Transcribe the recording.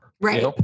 Right